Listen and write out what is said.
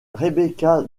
rebecca